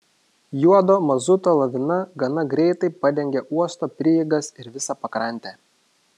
juodo mazuto lavina gana greitai padengė uosto prieigas ir visą pakrantę